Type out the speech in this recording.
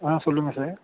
ஆ சொல்லுங்கள் சார்